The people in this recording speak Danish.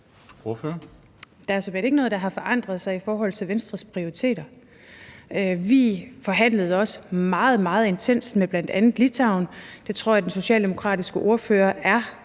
Der er sådan set ikke noget, der har forandret sig i forhold til Venstres prioriteter. Vi forhandlede også meget, meget intenst med bl.a. Litauen, det tror jeg den socialdemokratiske ordfører er